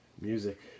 music